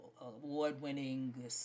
award-winning